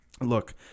Look